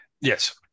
Yes